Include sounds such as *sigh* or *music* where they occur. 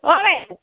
*unintelligible*